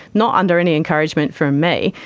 not under any encouragement from me,